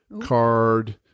card